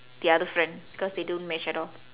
the other friend because they don't match at all